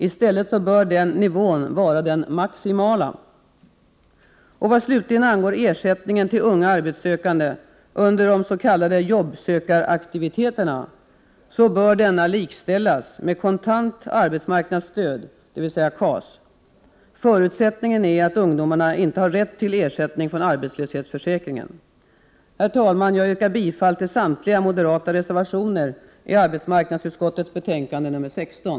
I stället bör den nivån vara den maximala. Vad slutligen angår ersättningen till unga arbetssökande under de s.k. jobbsökaraktiviteterna, bör denna likställas med kontant arbetsmarknadsstöd, dvs. KAS. Förutsättningen är att ungdomarna inte har rätt till ersättning från arbetslöshetsförsäkringen. Herr talman! Jag yrkar bifall till samtliga moderata reservationer till arbetsmarknadsutskottets betänkande nr 16.